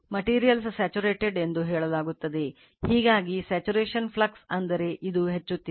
Materials saturated ಎಂದು ಹೇಳಲಾಗುತ್ತದೆ ಹೀಗಾಗಿ saturation flux ಅಂದರೆ ಇದು ಹೆಚ್ಚುತ್ತಿದೆ